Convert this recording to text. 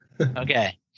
Okay